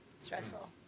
Stressful